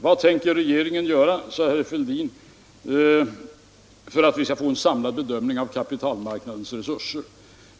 Vad tänker regeringen göra, frågade herr Fälldin, för att vi skall få en samlad bedömning av kapitalmarknadens resurser?